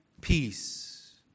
peace